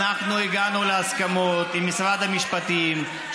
אנחנו הגענו להסכמות עם משרד המשפטים,